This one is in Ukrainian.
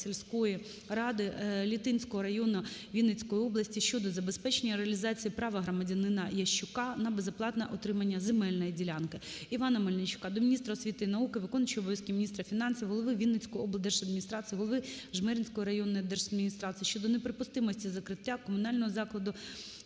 сільської ради Літинського району Вінницької області щодо забезпечення реалізації права громадянина Ящука на безоплатне отримання земельної ділянки. Івана Мельничука до міністра освіти і науки, виконуючої обов’язки міністра фінансів, голови Вінницької облдержавної адміністрації, Голови Жмеринської районної держадміністрації щодо неприпустимості закриття комунального закладу